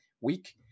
week